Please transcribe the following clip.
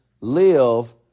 live